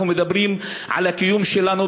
אנחנו מדברים על הקיום שלנו,